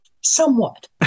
Somewhat